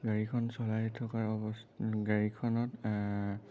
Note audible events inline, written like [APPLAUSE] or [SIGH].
গাড়ীখন চলাই থকাৰ [UNINTELLIGIBLE] গাড়ীখনত